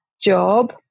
job